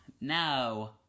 No